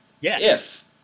Yes